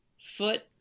foot